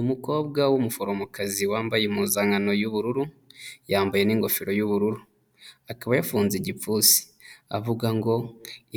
Umukobwa w'umuforomokazi wambaye impuzankano y'ubururu, yambaye n'ingofero y'ubururu. Akaba yafunze igipfunsi. Avuga ngo